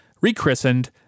rechristened